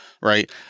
right